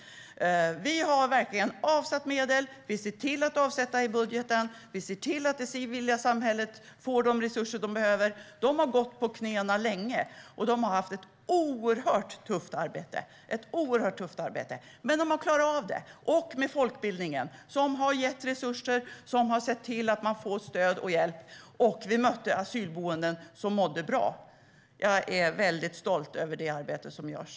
Vi har verkligen avsatt medel, och vi ser till att avsätta i budgeten. Vi ser till att det civila samhället får de resurser de behöver. De har gått på knäna länge, och de har haft ett oerhört tufft arbete - men de har klarat av det. När det gäller folkbildningen har vi gett resurser som har sett till att man får stöd och hjälp. Vi mötte asylboenden som mådde bra. Jag är väldigt stolt över det arbete som görs.